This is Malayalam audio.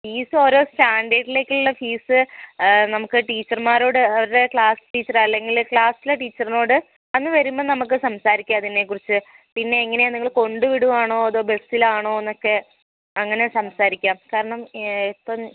ഫീസ് ഓരോ സ്റ്റാൻഡേർഡിലേക്കുള്ള ഫീസ് നമുക്ക് ടീച്ചർമാരോട് അവരുടെ ക്ലാസ്സ് ടീച്ചർ അല്ലെങ്കിൽ ക്ലാസ്സിലെ ടീച്ചറിനോട് അന്ന് വരുമ്പം നമുക്ക് സംസാരിക്കാം അതിനെക്കുറിച്ച് പിന്നെ എങ്ങനെയാണ് നിങ്ങൾ കൊണ്ടുവിടുവാണോ അതോ ബസ്സിലാണോ എന്നൊക്കെ അങ്ങനെ സംസാരിക്കാം കാരണം ഇപ്പം